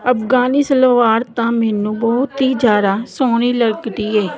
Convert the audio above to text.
ਅਫ਼ਗਾਨੀ ਸਲਵਾਰ ਤਾਂ ਮੈਨੂੰ ਬਹੁਤ ਹੀ ਜ਼ਿਆਦਾ ਸੋਹਣੀ ਲੱਗਦੀ ਹੈ